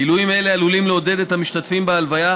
גילויים אלה עלולים לעודד את המשתתפים בהלוויה